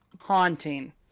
Haunting